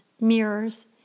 mirrors